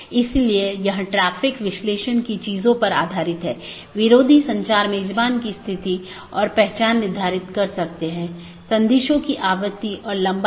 और फिर दूसरा एक जीवित है जो यह कहता है कि सहकर्मी उपलब्ध हैं या नहीं यह निर्धारित करने के लिए कि क्या हमारे पास वे सब चीजें हैं